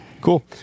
Cool